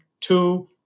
two